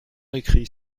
écrit